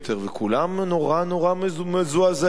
וכולם נורא נורא מזועזעים.